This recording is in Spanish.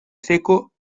seco